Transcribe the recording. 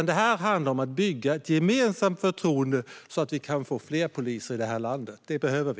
Det här handlar om att bygga ett gemensamt förtroende så att vi kan få fler poliser i landet. Det behöver vi.